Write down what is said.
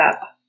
up